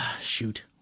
shoot